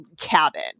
cabin